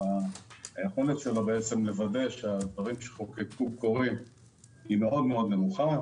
היכולת לוודא שהדברים שחוקקו קורים היא מאוד נמוכה.